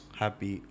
happy